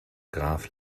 graf